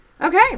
Okay